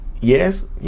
Yes